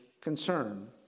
concern